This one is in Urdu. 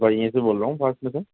بھائی یہیں سے بول رہا ہوں پاس میں سے